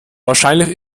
wahrscheinlich